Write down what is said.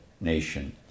nation